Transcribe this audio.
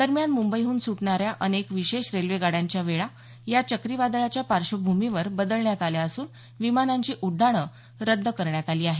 दरम्यान मुंबईहून सुटणाऱ्या अनेक विशेष रेल्वेगाड्यांच्या वेळा या चक्रीवादळाच्या पार्श्वभूमीवर बदलण्यात आल्या असून विमानांची उड्डाणं रद्द करण्यात आली आहेत